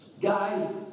guys